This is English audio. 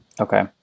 Okay